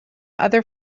other